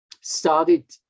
started